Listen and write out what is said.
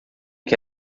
que